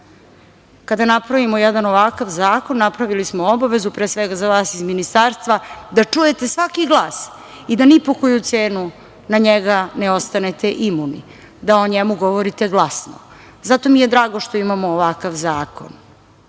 Kada napravimo jedan ovakav zakon, napravili smo obavezu pre svega za vas iz Ministarstva da čujete svaki glas i da ni po koju cenu na njega ne ostanete imuni, da o njemu govorite glasno. Zato mi je drago što imamo ovakav zakon. Zato